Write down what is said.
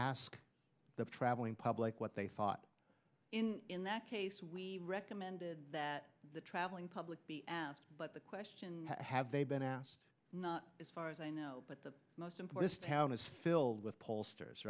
ask the traveling public what they thought in that case we recommended that the traveling public be asked but the question have they been asked not as far as i know but the most important town is filled with pollsters